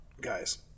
guys